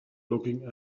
looking